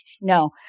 no